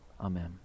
amen